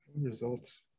Results